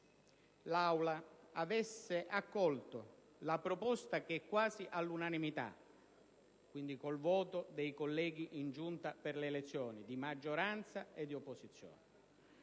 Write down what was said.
l'Aula avesse accolto la proposta votata quasi all'unanimità (quindi con il voto dei colleghi in Giunta delle elezioni di maggioranza e di opposizione)